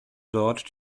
dort